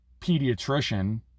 pediatrician